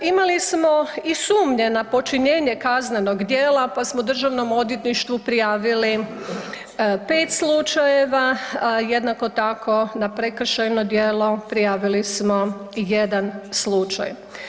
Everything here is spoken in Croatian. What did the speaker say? Imali smo i sumnje na počinjenje kaznenog djela pa smo Državnom odvjetništvu prijavili 5 slučajeva, jednako tako na prekršajno djelo prijavili smo 1 slučaj.